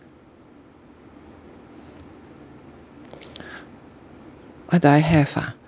what do I have ah